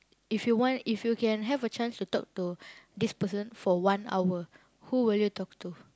if you want if you can have a chance to talk to this person for one hour who will you talk to